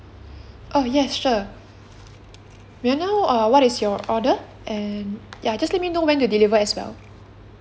oh yes sure may I know uh what is your order and just let me know when to deliver as well